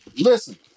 listen